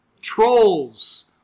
trolls